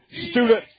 student